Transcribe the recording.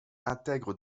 intègre